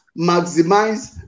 maximize